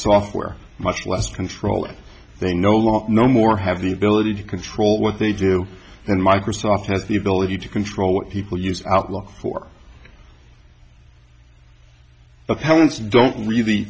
software much less control they no longer no more have the ability to control what they do and microsoft has the ability to control what people use outlook for the parents don't really